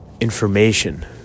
Information